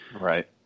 Right